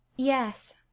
Yes